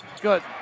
good